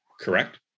correct